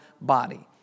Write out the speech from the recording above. body